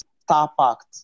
star-packed